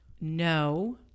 No